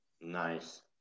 Nice